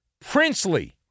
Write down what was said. princely